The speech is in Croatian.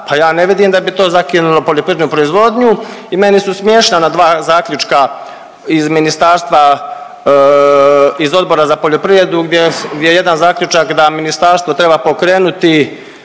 pa ja ne vidim da bi to zakinulo poljoprivrednu proizvodnju i meni su smiješna ona dva zaključka iz ministarstva, iz Odbora za poljoprivredu gdje jedan zaključak da ministarstvo treba pokrenuti